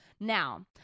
Now